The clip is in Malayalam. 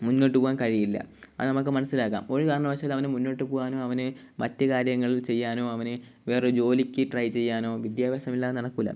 മുന്നോട്ട് പോവാൻ കഴിയില്ല അത് നമുക്ക് മനസ്സിലാക്കാം ഒരു കാരണവശാലും അവന് മുന്നോട്ട് പോവാനോ അവന് മറ്റ് കാര്യങ്ങൾ ചെയ്യാനോ അവന് വേറെ ജോലിക്ക് ട്രൈ ചെയ്യാനോ വിദ്യാഭ്യാസമില്ലാതെ നടക്കില്ല